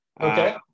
Okay